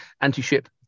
Anti-Ship